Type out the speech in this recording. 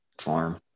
farm